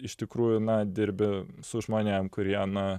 iš tikrųjų na dirbi su žmonėm kurie na